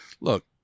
Look